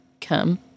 come